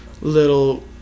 little